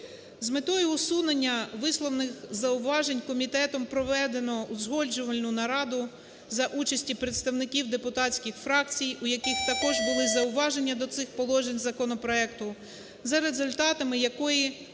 З метою усунення висловлених зауважень комітетом проведено узгоджувальну нараду за участі представників депутатських фракцій, у яких також були зауважень до цих положень законопроекту, за результатами якої